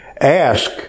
ask